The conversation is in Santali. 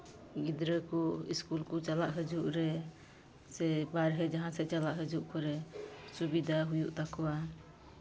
ᱜᱤᱫᱽᱨᱟᱹ ᱠᱚ ᱥᱠᱩᱞ ᱠᱚ ᱪᱟᱞᱟᱜ ᱦᱤᱡᱩᱜ ᱨᱮ ᱥᱮ ᱵᱟᱦᱨᱮ ᱡᱟᱦᱟᱸ ᱥᱮᱫ ᱪᱟᱞᱟᱜ ᱦᱤᱡᱩᱜ ᱠᱚᱨᱮ ᱥᱩᱵᱤᱫᱷᱟ ᱦᱩᱭᱩᱜ ᱛᱟᱠᱚᱣᱟ